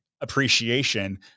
appreciation